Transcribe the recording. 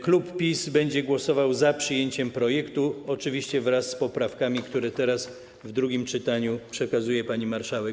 Klub PiS będzie głosował za przyjęciem projektu, oczywiście wraz z poprawkami, które teraz, w drugim czytaniu, przekazuję pani marszałek.